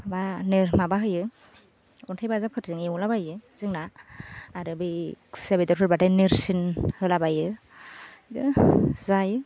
माबा माबा होयो अन्थाइ बाजाबफोरजों एवलाबायो जोंना आरो बै खुसिया बेदरफोरबाथाय नोरसिं होलाबायो बिदिनो जायो